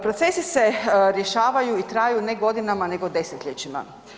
Procesi se rješavaju i traju, ne godinama, nego desetljećima.